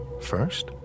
First